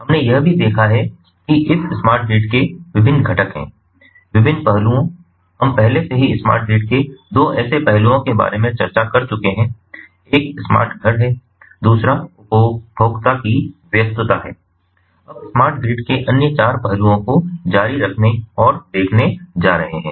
हमने यह भी देखा है कि इस स्मार्ट ग्रिड के विभिन्न घटक हैं विभिन्न पहलुओं हम पहले से ही स्मार्ट ग्रिड के 2 ऐसे पहलुओं के बारे में चर्चा कर चुके हैं एक स्मार्ट घर है दूसरा उपभोक्ता की व्यस्तता है अब स्मार्ट ग्रिड के अन्य चार पहलुओं को जारी रखने और देखने जा रहे हैं